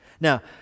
Now